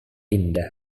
indah